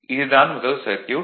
இது தான் முதல் சர்க்யூட்